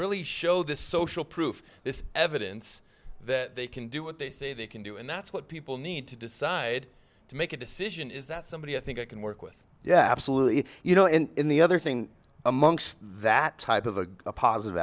really show this social proof this evidence that they can do what they say they can do and that's what people need to decide to make a decision is that somebody i think it can work with yeah absolutely you know and the other thing amongst that type of a positive